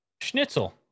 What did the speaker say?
Schnitzel